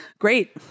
Great